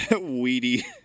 weedy